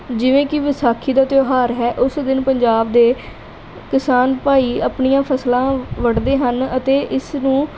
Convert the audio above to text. ਜਿਵੇਂ ਕਿ ਵਿਸਾਖੀ ਦਾ ਤਿਉਹਾਰ ਹੈ ਉਸ ਦਿਨ ਪੰਜਾਬ ਦੇ ਕਿਸਾਨ ਭਾਈ ਆਪਣੀਆਂ ਫਸਲਾਂ ਵੱਢਦੇ ਹਨ ਅਤੇ ਇਸ ਨੂੰ